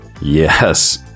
Yes